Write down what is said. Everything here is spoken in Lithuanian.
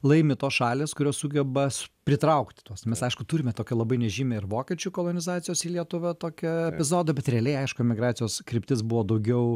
laimi tos šalys kurios sugeba s pritraukt tuos mes aišku mes turime tokią labai nežymią ir vokiečių kolonizacijos į lietuvą tokią epizodą bet realiai aišku emigracijos kryptis buvo daugiau